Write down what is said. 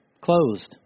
closed